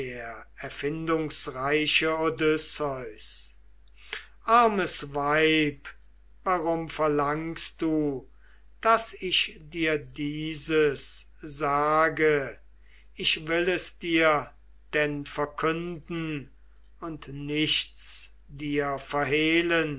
erfindungsreiche odysseus armes weib warum verlangst du daß ich dir dieses sage ich will es dir denn verkünden und nichts dir verhehlen